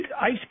ice